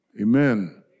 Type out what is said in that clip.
Amen